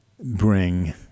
bring